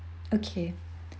okay